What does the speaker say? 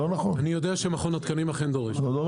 אנחנו נבדוק אם מכון התקנים דורש את זה,